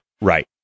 right